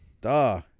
duh